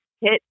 hit